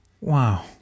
wow